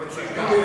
אבל שייתנו